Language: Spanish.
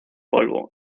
polvo